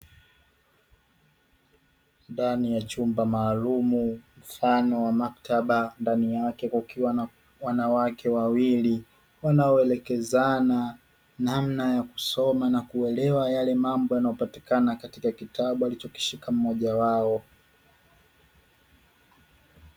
Ndani ya chumba maalum mfano wa maktaba, ndani yake kukiwa na wanawake wawili wanaoelekezana namna ya kusoma na kuelewa yale mambo yanayopatikana katika kitabu alichokishika mmoja wao.